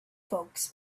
folks